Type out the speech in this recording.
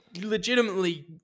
legitimately